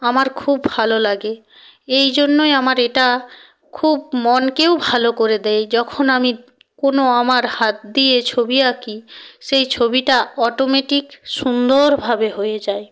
আমার খুব ভালো লাগে এই জন্যই আমার এটা খুব মনকেও ভালো করে দেয় যখন আমি কোনো আমার হাত দিয়ে ছবি আঁকি সেই ছবিটা অটোমেটিক সুন্দরভাবে হয়ে যায়